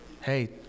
Hey